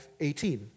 18